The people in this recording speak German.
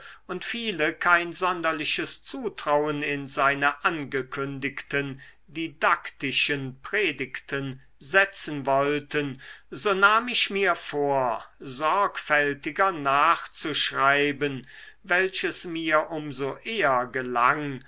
und viele kein sonderliches zutrauen in seine angekündigten didaktischen predigten setzen wollten so nahm ich mir vor sorgfältiger nachzuschreiben welches mir um so eher gelang